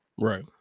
Right